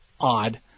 odd